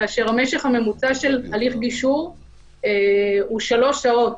כאשר המשך הממוצע של הליך גישור הוא שלוש שעות.